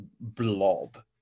blob